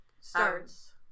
starts